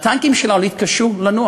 הטנקים שלנו יתקשו לנוע